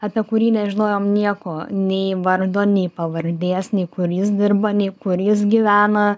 apie kurį nežinojom nieko nei vardo nei pavardės nei kur jis dirba nei kur jis gyvena